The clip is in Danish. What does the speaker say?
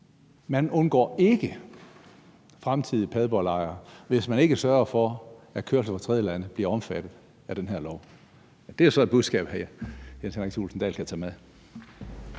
ikke undgår fremtidige Padborglejre, hvis man ikke sørger for, at kørsel fra tredjelande bliver omfattet af den her lov, er så et budskab, Jens Henrik Thulesen Dahl kan tage med.